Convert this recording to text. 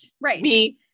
Right